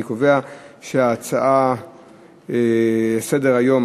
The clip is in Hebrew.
אני קובע שההצעה לסדר-היום,